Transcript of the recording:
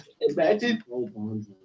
Imagine